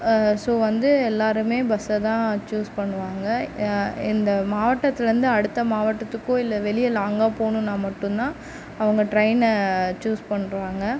so வந்து எல்லோருமே பஸ்ஸை தான் சூஸ் பண்ணுவாங்க இந்த மாவட்டத்துலேருந்து அடுத்த மாவட்டத்துக்கோ இல்லை வெளியே லாங்காக போகணுன்னா மட்டும் தான் அவங்க ட்ரெயினை சூஸ் பண்ணுறாங்க